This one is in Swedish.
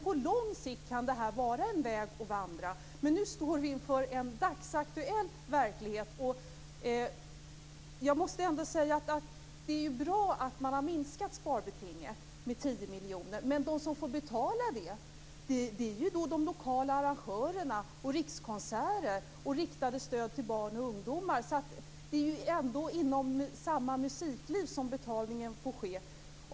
På lång sikt kan det här vara en väg att vandra, men nu står vi inför den dagsaktuella verkligheten. Det är bra att sparbetinget har minskats med 10 miljoner kronor, men de som får betala det är ju de lokala arrangörerna och Rikskonserter. Dessutom handlar det om de riktade stöden till barn och ungdomar. Det är alltså ändå inom samma musikliv som betalningen får ske.